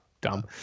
dumb